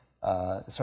Sorry